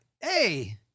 hey